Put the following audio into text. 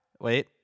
Wait